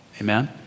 amen